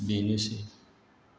बेनोसै